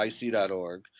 ic.org